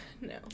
no